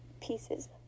pieces